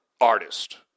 artist